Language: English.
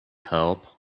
help